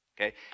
Okay